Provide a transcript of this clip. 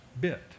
bit